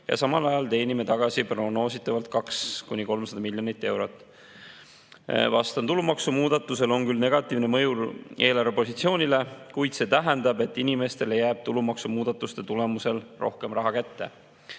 ja samal ajal teenime tagasi prognoositavalt 200-300 miljonit eurot?" Vastan. Tulumaksumuudatusel on küll negatiivne mõju eelarvepositsioonile, kuid see tähendab, et inimestele jääb tulumaksumuudatuste tulemusel rohkem raha kätte.